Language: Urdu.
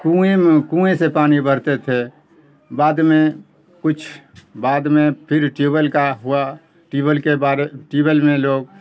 کنویں میں کنویں سے پانی بھرتے تھے بعد میں کچھ بعد میں پھر ٹیوب ویل کا ہوا ٹیوب ویل کے بارے ٹیوب ویل میں لوگ